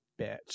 bitch